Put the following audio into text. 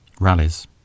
Rallies